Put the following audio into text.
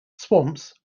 swamps